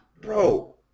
Bro